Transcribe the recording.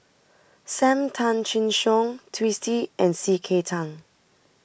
Sam Tan Chin Siong Twisstii and C K Tang